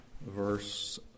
verse